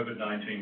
COVID-19